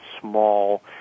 small